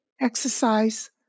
exercise